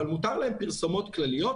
אבל מותר להם פרסומות כלליות,